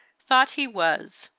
thought he was,